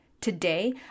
Today